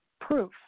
proof